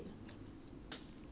cannot fit me